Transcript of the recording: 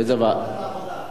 איזה, ועדת העבודה.